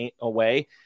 away